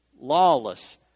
lawless